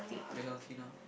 you're healthy now